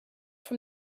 from